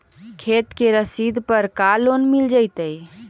खेत के रसिद पर का लोन मिल जइतै?